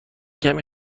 کمی